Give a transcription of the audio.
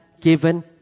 given